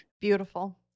Beautiful